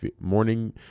morning